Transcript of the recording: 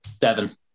Seven